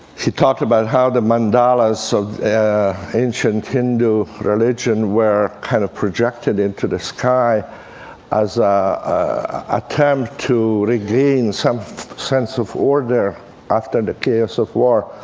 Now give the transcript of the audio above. he talked about how the mandalas of ancient hindu religion were kind of projected into the sky as an ah attempt to regain some sense of order after the chaos of war.